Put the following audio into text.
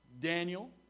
Daniel